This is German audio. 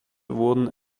wurden